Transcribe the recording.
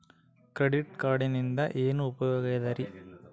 Credit ಕಾರ್ಡಿನಿಂದ ಏನು ಉಪಯೋಗದರಿ?